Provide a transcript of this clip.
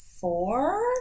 four